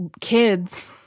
kids